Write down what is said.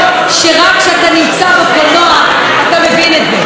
שרק כשאתה נמצא בקולנוע אתה מבין את זה.